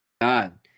God